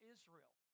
Israel